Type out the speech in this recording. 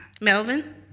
melvin